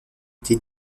été